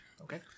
okay